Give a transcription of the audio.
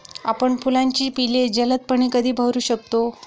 आपण फुलांची पिके जलदपणे कधी बहरू शकतो?